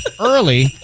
early